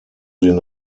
den